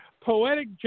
poetic